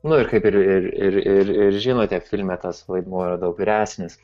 nu ir kaip ir ir ir ir ir žinote filme tas vaidmuo yra daug vyresnis